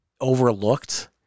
overlooked